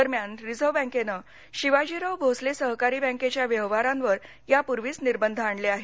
दरम्यान रिझर्व बँकेनं शिवाजीराव भोसले सहकारी बँकेच्या व्यवहारांवर या पूर्वीच निर्बंध आणले आहेत